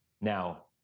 Now